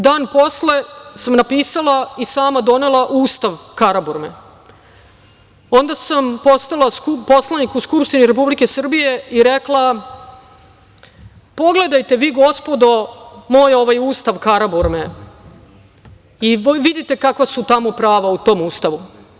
Dan posle sam napisala i sama donela ustav Karaburme, onda sam postala poslanik u Skupštini Republike Srbije i rekla – pogledajte vi, gospodo, moj ovaj ustav Karaburme i vidite kakva su tamo prava u tom ustavu.